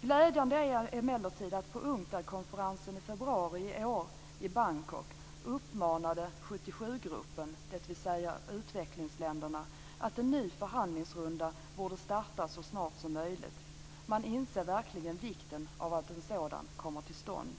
Glädjande är emellertid att 77-gruppen, dvs. utvecklingsländerna, på UNCTAD-konferensen i februari i år i Bangkok sade att en ny förhandlingsrunda borde starta så snart som möjligt. Man inser verkligen vikten av att en sådan kommer till stånd.